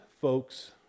folks